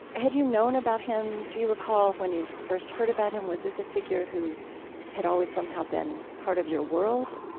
had you known about him? do you recall when you first heard about him? was this a figure who had always somehow been part of your world?